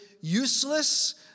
useless